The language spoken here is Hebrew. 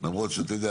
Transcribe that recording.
למרות שאתה יודע,